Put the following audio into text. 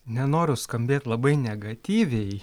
nenoriu skambėt labai negatyviai